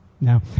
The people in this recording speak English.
Now